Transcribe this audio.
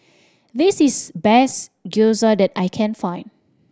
this is best Gyoza that I can find